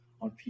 on